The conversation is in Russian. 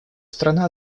страна